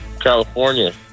California